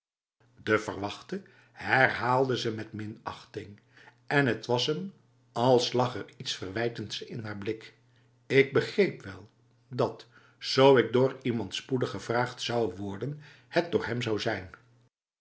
de verwachte herhaalde ze met minachting en het was hem als lag er iets verwijtends in haar blik ik begreep wel dat zo ik door iemand spoedig gevraagd zou worden het door hem zou zijn